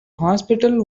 hospital